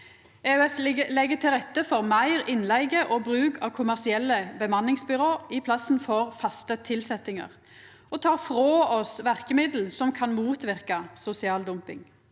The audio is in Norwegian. EØS legg til rette for meir innleige og bruk av kommersielle bemanningsbyrå i staden for faste tilsetjingar, og tek frå oss verkemiddel som kan motverka sosial dumping.